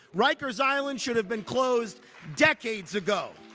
rikers island should have been closed decades ago